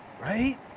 right